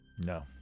No